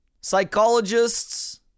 psychologists